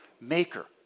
maker